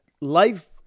life